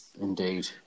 Indeed